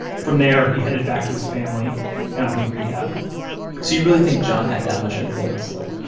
from there he headed back to his family and on to rehab so you really think john had that much influence? like